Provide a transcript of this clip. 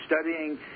studying